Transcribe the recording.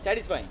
satisfying